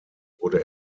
wurde